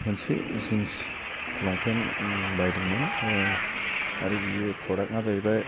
मोनसे जिन्स लंफेन्ट बायदोंमोन आरो बेयो प्रदाक्टआ जाहैबाय